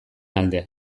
alde